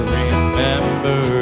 remember